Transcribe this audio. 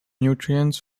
nutrients